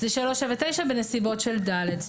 הוא 379 בנסיבות של (ד).